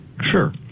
sure